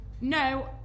No